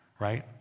right